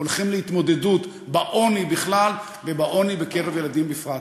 הולכים להתמודדות עם העוני בכלל והעוני בקרב ילדים בפרט.